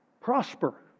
Prosper